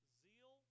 zeal